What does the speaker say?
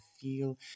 feel